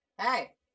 Hey